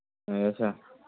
ꯌꯥꯏꯌꯦ ꯁꯥꯔ